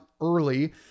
early